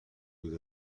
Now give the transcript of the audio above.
with